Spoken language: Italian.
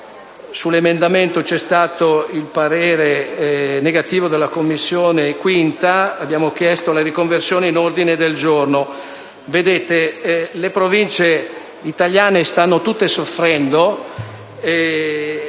Sull'emendamento c'è stato il parere negativo della 5a Commissione e ne abbiamo chiesto la trasformazione in ordine del giorno. Vedete, le Province italiane stanno tutte soffrendo.